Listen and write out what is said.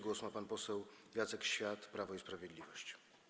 Głos ma pan poseł Jacek Świat, Prawo i Sprawiedliwość.